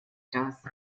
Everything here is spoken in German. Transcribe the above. das